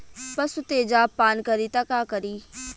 पशु तेजाब पान करी त का करी?